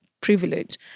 privilege